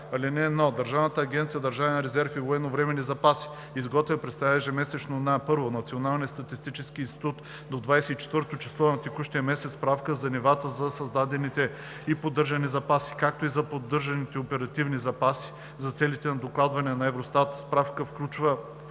„(1) Държавна агенция „Държавен резерв и военновременни запаси“ изготвя и представя ежемесечно на: 1. Националния статистически институт до 24-то число на текущия месец справка за нивата на създадените и поддържани запаси, както и за поддържаните оперативни запаси, за целите на докладване на Евростат; справката включва